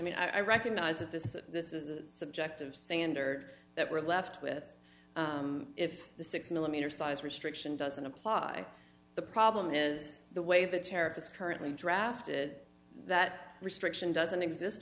mean i recognize that this this is a subjective standard that we're left with if the six millimeter size restriction doesn't apply the problem is the way the tariff is currently drafted that restriction doesn't exist